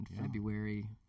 February